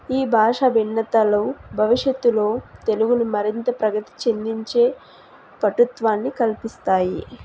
ఈ భాష భిన్నతలు భవిషత్తులో తెలుగుని మరింత ప్రగతి చెందించే పటుత్వాన్ని కల్పిస్తాయి